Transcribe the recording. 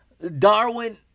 Darwin